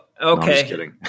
Okay